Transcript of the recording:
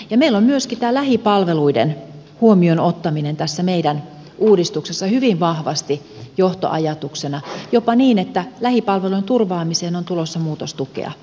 meillä on myöskin tämä lähipalveluiden huomioonottaminen tässä meidän uudistuksessamme hyvin vahvasti johtoajatuksena jopa niin että lähipalvelujen turvaamiseen on tulossa muutostukea